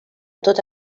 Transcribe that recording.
tot